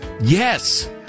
Yes